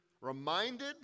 reminded